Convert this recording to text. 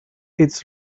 its